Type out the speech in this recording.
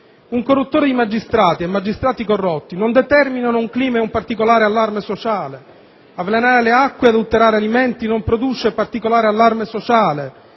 Un corruttore di magistrati e magistrati corrotti non determinano un clima e un particolare allarme sociale? Avvelenare le acque e adulterare alimenti non produce particolare allarme sociale?